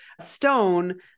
stone